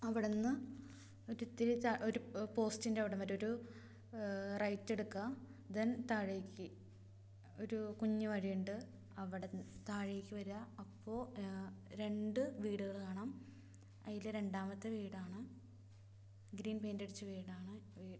അവിടുന്ന് ഒരിത്തിരി ഒരു പോസ്റ്റിൻ്റവിടം വരെ ഒരു റൈറ്റെടുക്കുക ദെൻ താഴേക്ക് ഒരു കുഞ്ഞ് വഴിയുണ്ട് അവടെനിന്ന് താഴേക്ക് വരുക അപ്പോള് രണ്ട് വീടുകള് കാണാം അതില് രണ്ടാമത്തെ വീടാണ് ഗ്രീൻ പെയ്ൻറ്റടിച്ച വീടാണ് വീട്